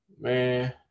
Man